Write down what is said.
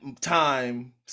time